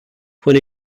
when